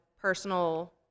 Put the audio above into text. personal